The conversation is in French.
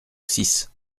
six